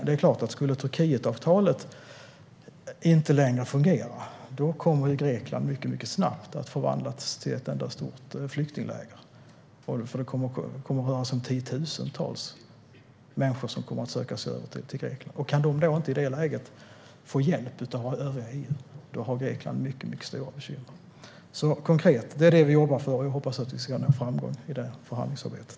Det är klart att skulle Turkietavtalet inte längre fungera kommer Grekland mycket snabbt att förvandlas till ett enda stort flyktingläger. Det rör sig om tiotusentals människor som skulle komma att söka sig över till Grekland. Kan de då inte i det läget få hjälp av övriga EU har Grekland mycket stora bekymmer. Det är detta som vi konkret jobbar för, och jag hoppas att vi ska nå framgång i det förhandlingsarbetet.